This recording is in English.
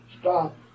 stop